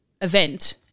event